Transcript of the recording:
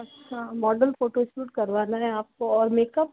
अच्छा model photo shoot करवाना है आपको और मेकअप